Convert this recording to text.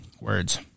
Words